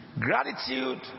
gratitude